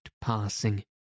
passing